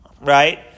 right